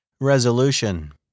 Resolution